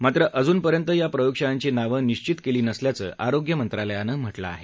मात्र अजुनपर्यंत या प्रयोगशाळांची नावं निशित केली नसल्याचं आरोग्य मंत्रालयानं म्हटलं आहे